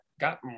got